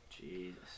jesus